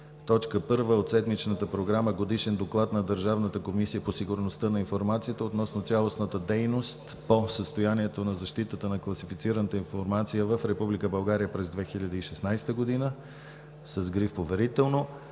точка първа от седмичната ни програма – „Годишен доклад на Държавната комисия по сигурността на информацията относно цялостната дейност по състоянието на защитата на класифицираната информация в Република България през 2016 г.“ с гриф „Поверително“